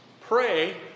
pray